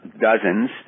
dozens